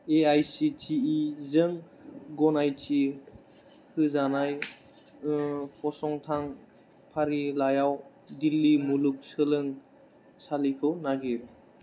A I C T E जों गनायथि होजानाय फसंथान फारिलाइयाव दिल्ली मुलुगसोलोंसालिखौ नागिर